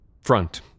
front